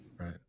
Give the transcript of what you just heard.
Right